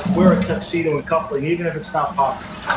wear a tuxedo and cufflink's even if it's not popular,